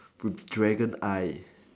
with dragon eye